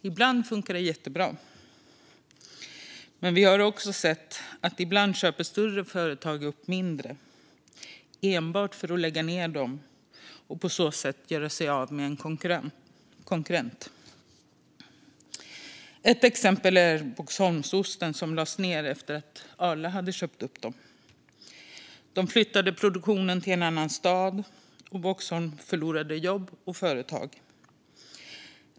Ibland funkar det jättebra, men vi har också sett att större företag ibland köper upp mindre, enbart för att lägga ned dem och på så sätt göra sig av med en konkurrent. Ett exempel är Boxholms mejeri, där man lade ned produktionen efter att Arla hade köpt upp det. Arla flyttade produktionen av Boxholmsost till en annan stad, och Boxholm förlorade jobb och företag.